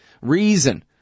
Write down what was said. reason